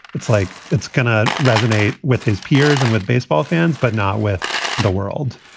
it's like it's going to resonate with his peers and with baseball fans, but not with the world.